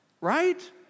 Right